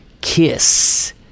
KISS